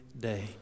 day